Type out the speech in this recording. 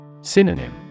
Synonym